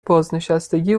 بازنشستگی